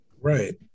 Right